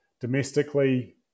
Domestically